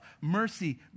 mercy